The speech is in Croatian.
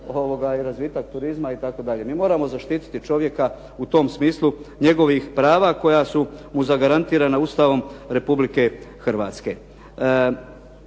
razvitak turizma itd. Mi moramo zaštititi čovjeka u tom smislu njegovih prava koja su mu zagarantirana Ustavom Republike Hrvatske.